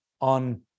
on